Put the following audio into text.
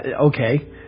Okay